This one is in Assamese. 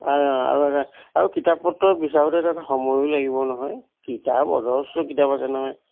আৰু এটা আৰু কিতাপ পত্ৰ বিচাৰোঁতে তাত সময়ো লাগিব নহয় কিতাপ অজস্ৰ কিতাপ আছে নহয়